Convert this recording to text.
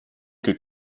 que